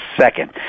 second